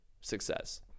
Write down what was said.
success